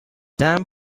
dam